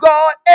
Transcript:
God